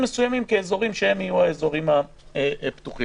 מסוימים כאזורים שהם יהיו האזורים הפתוחים.